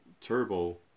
Turbo